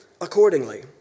accordingly